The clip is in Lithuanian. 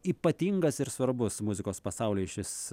ypatingas ir svarbus muzikos pasaulyje šis